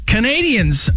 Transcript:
Canadians